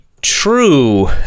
true